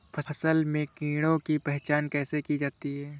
फसल में कीड़ों की पहचान कैसे की जाती है?